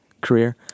career